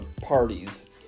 parties